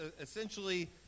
essentially